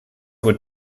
would